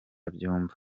byumba